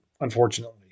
unfortunately